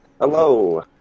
Hello